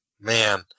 man